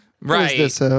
right